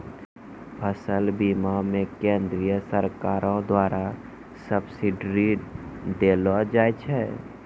फसल बीमा मे केंद्रीय सरकारो द्वारा सब्सिडी देलो जाय छै